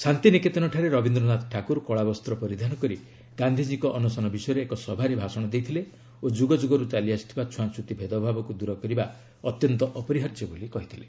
ଶାନ୍ତିନିକେତନଠାରେ ରବୀନ୍ଦ୍ରନାଥ ଠାକୁର କଳା ବସ୍ତ୍ର ପରିଧାନ କରି ଗାନ୍ଧିଜୀଙ୍କ ଅନଶନ ବିଷୟରେ ଏକ ସଭାରେ ଭାଷଣ ଦେଇଥିଲେ ଓ ଯୁଗଯୁଗରୁ ଚାଲିଆସିଥିବା ଛୁଆଁଛୁତି ଭେଦଭାବକୁ ଦୂର କରିବା ଅତ୍ୟନ୍ତ ଅପରିହାର୍ଯ୍ୟ ବୋଲି କହିଥିଲେ